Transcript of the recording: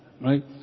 Right